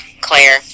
Claire